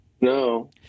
No